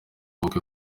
ubukwe